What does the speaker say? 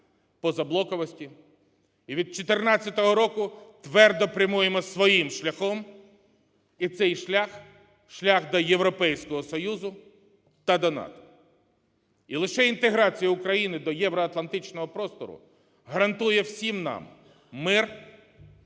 позаблоковості і від 2014 року твердо прямуємо своїм шляхом, і цей шлях – шлях до Європейського Союзу та до НАТО. І лише інтеграція України до євроатлантичного простору гарантує всім нам мир,